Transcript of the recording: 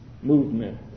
Movement